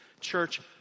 Church